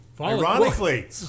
Ironically